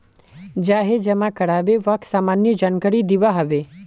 जाहें जमा कारबे वाक सामान्य जानकारी दिबा हबे